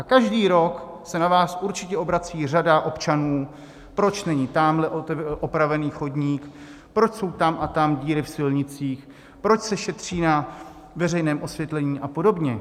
Každý rok se na vás určitě obrací řada občanů, proč není tamhle opravený chodník, proč jsou tam a tam díry v silnicích, proč se šetří na veřejném osvětlení a podobně.